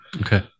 Okay